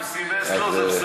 הוא סימס, לא, זה בסדר.